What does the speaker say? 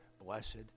blessed